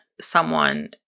someone-